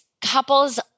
couples